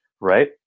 right